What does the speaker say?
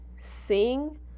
sing